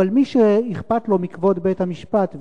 אבל מי שאכפת לו מכבוד בית-המשפט,